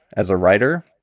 as a writer,